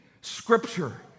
scripture